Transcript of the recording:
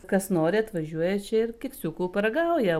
kas nori atvažiuoja čia ir keksiukų paragauja